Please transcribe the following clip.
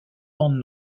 bandes